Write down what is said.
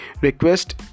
request